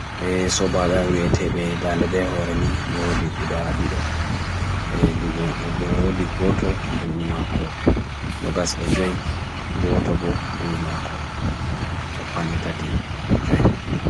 Dabbaaji heɓi goongu goongu. ɓe goɗɗo hokkita hokkita tawa saare.